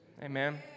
Amen